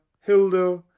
Hilda